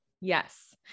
Yes